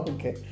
Okay